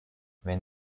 wenn